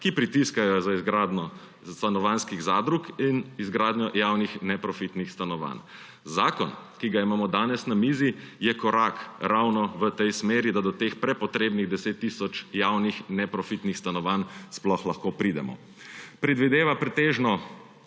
ki pritiskajo za izgradnjo stanovanjskih zadrug in izgradnjo javnih neprofitnih stanovanj. Zakon, ki ga imamo danes na mizi, je korak ravno v smeri, da do teh prepotrebnih 10 tisoč javnih neprofitnih stanovanj sploh lahko pridemo. Predvideva pretežno